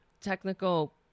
technical